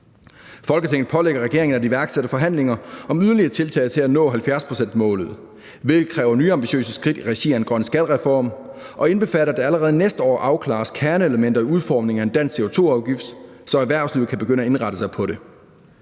Folketinget pålægger regeringen at iværksætte forhandlinger om yderligere tiltag til at nå 70-procentsmålet, hvilket kræver nye ambitiøse skridt i regi af en grøn skattereform – og indbefatter, at der allerede næste år afklares kerneelementer i udformningen af en dansk CO2-afgift, så erhvervslivet kan begynde at indrette sig på det.